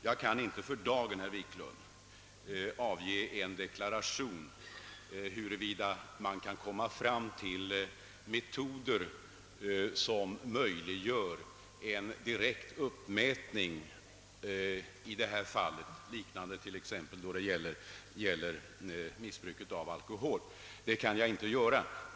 För dagen kan jag inte avge en deklaration huruvida man i detta avseende kan komma fram till metoder som möjliggör en direkt uppmätning, liknande den som tillämpas då det gäller alkohol.